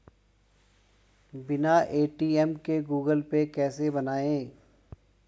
बिना ए.टी.एम के Google Pay कैसे बनायें?